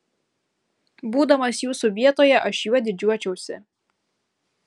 būdamas jūsų vietoje aš juo didžiuočiausi